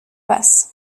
passent